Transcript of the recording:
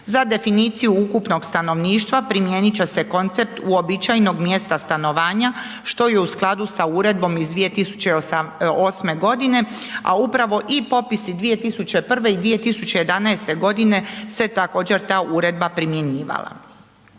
Za definiciju ukupnog stanovništva primijenit će koncept uobičajenog mjesta stanovanja što je u skladu sa uredbom iz 2008. godine, a upravo i popisi i 2001. i 2011. godine se također se ta uredba primjenjivala.